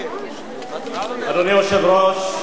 אדוני היושב-ראש,